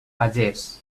pagés